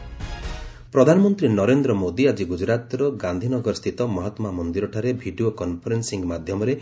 PM COP meeting ପ୍ରଧାନମନ୍ତ୍ରୀ ନରେନ୍ଦ୍ର ମୋଦି ଆଜି ଗୁଜରାତର ଗାନ୍ଧିନଗରସ୍ଥିତ ମହାତ୍ମା ମନ୍ଦିରଠାରେ ଭିଡ଼ିଓ କନ୍ଫରେନ୍ନିଂ ମାଧ୍ୟମରେ